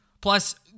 Plus